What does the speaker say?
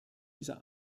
dieser